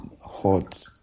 hot